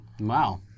Wow